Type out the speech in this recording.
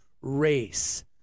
Race